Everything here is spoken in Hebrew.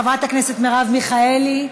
חברת הכנסת מרב מיכאלי,